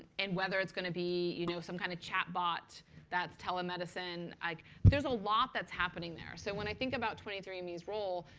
and whether it's going to be you know some kind of chatbot that's telemedicine there's a lot that's happening there. so when i think about twenty three andme's role,